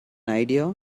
idea